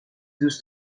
دوست